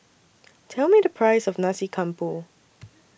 Tell Me The Price of Nasi Campur